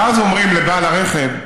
ואז אומרים לבעל רכב: